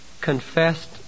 confessed